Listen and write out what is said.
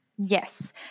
Yes